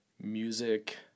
Music